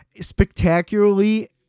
spectacularly